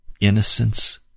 innocence